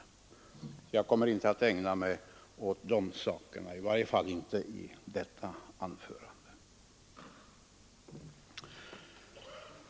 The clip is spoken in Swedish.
Jag skall därför inte ägna mig åt dessa saker, i varje fall inte i detta anförande.